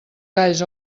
galls